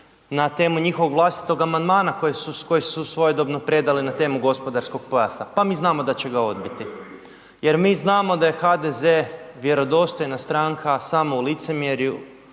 na temu njihovog vlastitog amandmana koji su svojedobno predali na temu gospodarskog pojasa, pa mi znamo da će ga odbiti jer mi znamo da je HDZ vjerodostojna stranka samo u licemjerju,